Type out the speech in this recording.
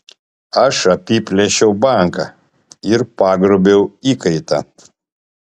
aš apiplėšiau banką ir pagrobiau įkaitą